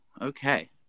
okay